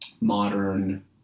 modern